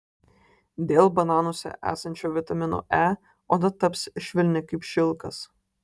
dėl bananuose esančio vitamino e oda taps švelni kaip šilkas